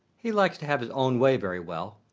he likes to have his own way very well,